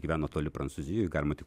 gyvena toli prancūzijoj galima tik